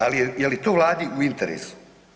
Ali je li to Vladi u interesu?